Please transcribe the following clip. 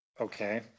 Okay